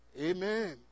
Amen